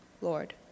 Lord